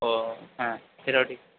ও হ্যাঁ সেটাও ঠিক